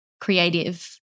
creative